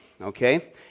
Okay